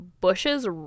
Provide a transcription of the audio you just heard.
bushes